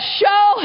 show